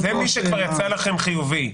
זה מי שכבר יצא לכם חיובי.